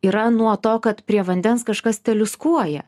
yra nuo to kad prie vandens kažkas teliūskuoja